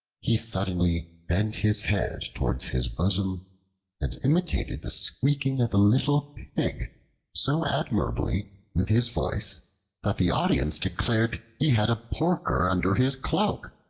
he suddenly bent his head towards his bosom and imitated the squeaking of a little pig so admirably with his voice that the audience declared he had a porker under his cloak,